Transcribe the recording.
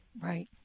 Right